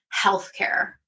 healthcare